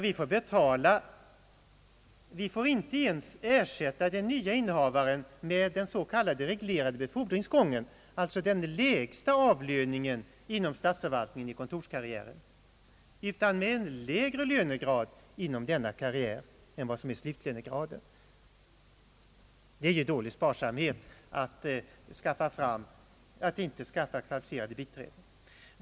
Vi får inte ens betala den nye innehavaren enligt den s.k. reglerade befordringsgången, alltså den lägsta avlöningen inom statsförvaltningen i kontorskarriären, utan med en lägre lönegrad inom denna karriär än vad som är slutlönegraden. Det är dålig sparsamhet att inte skaffa kvalificerade biträden.